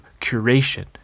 curation